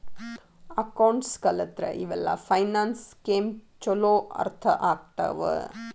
accounts ಕಲತ್ರ ಇವೆಲ್ಲ finance scheme ಚೊಲೋ ಅರ್ಥ ಆಗ್ತವಾ